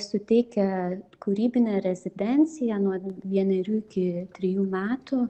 suteikia kūrybinę rezidenciją nuo vienerių iki trijų metų